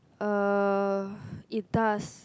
uh it does